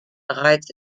bereits